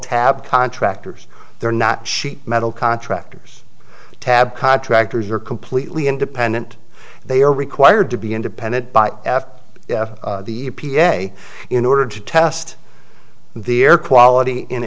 tab contractors they're not sheet metal contractors tab contractors are completely independent they are required to be independent by the e p a in order to test the air quality in